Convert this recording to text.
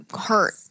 hurt